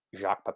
jacques